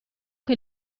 che